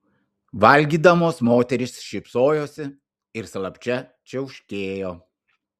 valgydamos moterys šypsojosi ir slapčia čiauškėjo